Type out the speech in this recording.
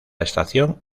estación